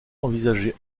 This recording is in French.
envisager